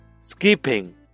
skipping